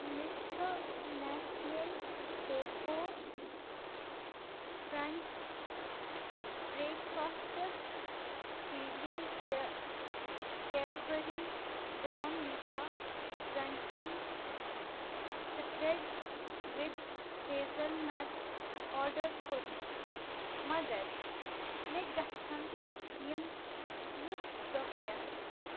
مےٚ چھُ Nestle Koko Krunch breakfasts cereal تہِ Cadbury Bournvita crunchy spread with hazelnut order کوٚرمُت مگر مےٚ گژھیٚن یِم وُہ دۄہ یَتھ